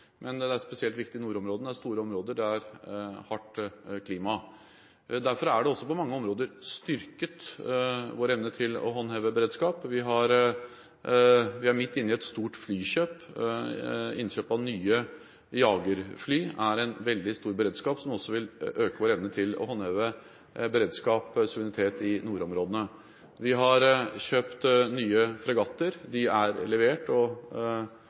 Det er spesielt viktig i nordområdene. Det er store områder med hardt klima. Derfor har det også på mange områder styrket vår evne til å håndheve beredskap. Vi er midt i et stort flykjøp. Innkjøp av nye jagerfly er en veldig stor beredskap, som også vil øke vår evne til å håndheve beredskap og suverenitet i nordområdene. Vi har kjøpt nye fregatter. De er levert og